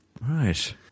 Right